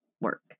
work